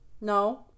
No